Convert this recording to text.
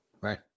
Right